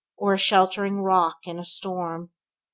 or a sheltering rock in a storm.